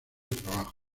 trabajo